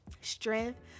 Strength